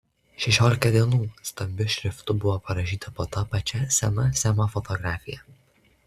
šešiolika dienų stambiu šriftu buvo parašyta po ta pačia sena semo fotografija